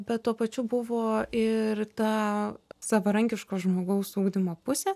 bet tuo pačiu buvo ir ta savarankiško žmogaus ugdymo pusė